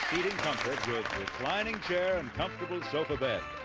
comfort with reclining chair and comfortable sofa bed.